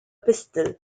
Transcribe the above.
pistol